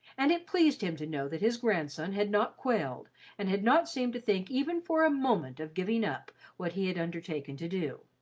and it pleased him to know that his grandson had not quailed and had not seemed to think even for a moment of giving up what he had undertaken to do.